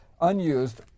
unused